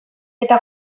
eta